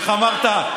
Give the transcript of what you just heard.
איך אמרת?